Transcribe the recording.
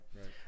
Right